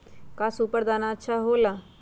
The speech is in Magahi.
का सुपर दाना अच्छा हो ला पशु ला?